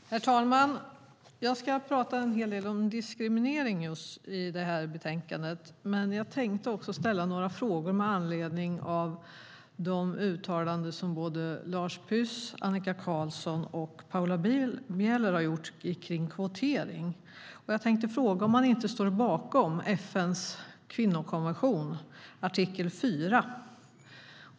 Herr talman! Jag ska tala en hel del om diskriminering, som det står om i betänkandet, men jag tänkte också ställa några frågor med anledning av Lars Püss, Annika Qarlssons och Paula Bielers uttalanden om kvotering. Jag tänkte fråga om de inte står bakom FN:s kvinnokonvention, artikel 4.